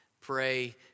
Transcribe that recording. pray